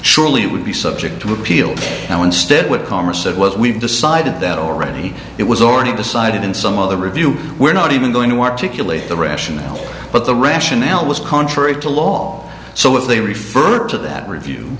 surely it would be subject to appeal now instead with commerce that what we've decided that already it was already decided in some other review we're not even going to articulate the rationale but the rationale was contrary to law so if they refer to that review